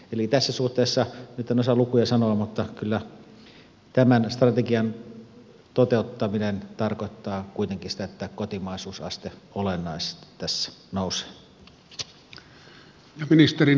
eli tässä suhteessa nyt en osaa lukuja sanoa mutta kyllä tämän strategian toteuttaminen tarkoittaa kuitenkin sitä että kotimaisuusaste olennaisesti tässä nousee